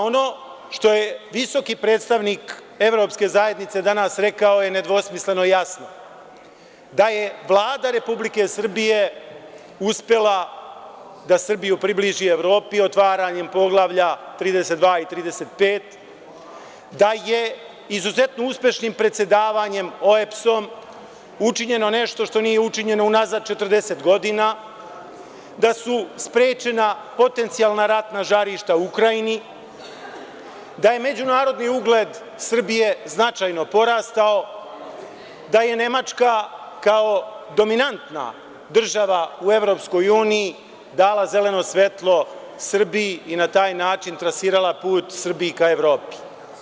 Ono što je visoki predstavnik Evropske zajednice danas rekao je nedvosmisleno jasno – da je Vlada Republike Srbije uspela da Srbiju približi Evropi otvaranjem Poglavlja 32 i 35, da je izuzetno uspešnim predsedavanjem OEBS-om učinjeno nešto što nije učinjeno unazad 40 godina, da su sprečena potencijalna ratna žarišta u Ukrajini, da je međunarodni ugled Srbije značajno porastao, da je Nemačka kao dominantna država u EU dala zeleno svetlo Srbiji i na taj način trasirala put Srbiji ka Evropi.